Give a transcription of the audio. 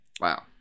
Wow